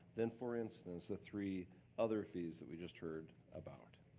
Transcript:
than for instance, the three other fees that we just heard about.